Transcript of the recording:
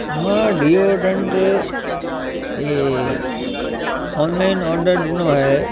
मां deodorant online ॾिनो आहे